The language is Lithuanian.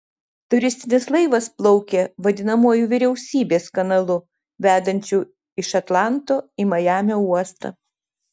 turistinis laivas plaukė vadinamuoju vyriausybės kanalu vedančiu iš atlanto į majamio uostą